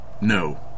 No